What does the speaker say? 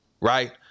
right